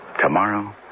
Tomorrow